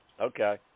Okay